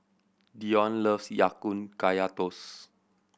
Dion loves Ya Kun Kaya Toast